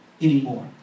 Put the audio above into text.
anymore